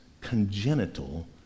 congenital